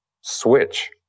switch